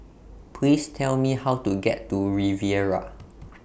Please Tell Me How to get to Riviera